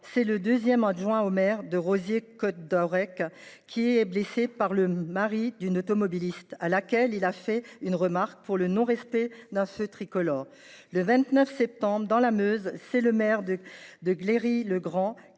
Loire, le deuxième adjoint au maire de Rozier Côtes d’Aurec était blessé par le mari d’une automobiliste à laquelle il avait fait une remarque au sujet du non respect d’un feu tricolore. Le 29 septembre, dans la Meuse, le maire de Cléry le Grand